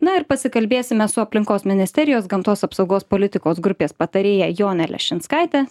na ir pasikalbėsime su aplinkos ministerijos gamtos apsaugos politikos grupės patarėja jone leščinskaite